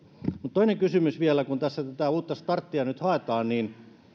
mutta toinen kysymys vielä kun tässä tätä uutta starttia nyt haetaan niin